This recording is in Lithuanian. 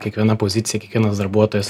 kiekviena pozicija kiekvienas darbuotojas